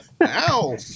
Ow